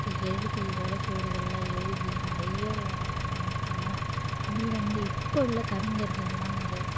அதை எழுதி ஓலைச்சுவடிகள்லாம் எழுதி நிறைய இது பண்ணியிருக்காங்க அதுலேருந்து இப்போ உள்ள கவிஞர்கள்லாம் அந்த